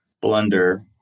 blunder